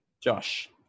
Josh